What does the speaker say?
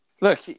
look